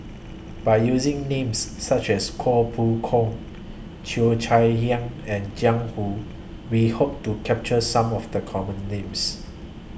By using Names such as Koh Poh Koon Cheo Chai Hiang and Jiang Hu We Hope to capture Some of The Common Names